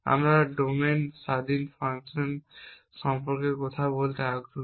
আমরা ডোমেইন স্বাধীন ফ্যাশন সম্পর্কে কথা বলতে আগ্রহী